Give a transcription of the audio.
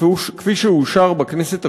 כפי שאושר בכנסת הקודמת,